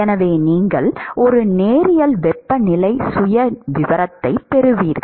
எனவே நீங்கள் ஒரு நேரியல் வெப்பநிலை சுயவிவரத்தைப் பெறுவீர்கள்